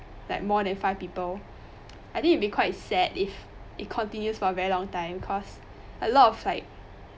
like more than five people I think it be quite sad if it continues for a very long time cause a lot of like